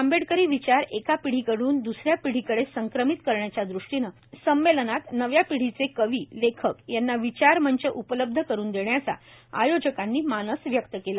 आंबेडकरी विचार एका पिढीकडून दुसऱ्या पिढीकडे संक्रमित करण्याचे दृष्टीने संमेलनात नव्या पिढीचे कवी लेखक यांना विचारमंच उपलब्ध करून देण्याचा आयोजकांनी मानस व्यक्त केला